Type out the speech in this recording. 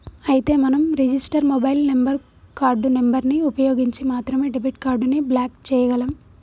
అయితే మనం register mobile number card number ని ఉపయోగించి మాత్రమే డెబిట్ కార్డు ని బ్లాక్ చేయగలం